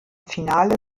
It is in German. finale